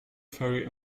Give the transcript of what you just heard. ferry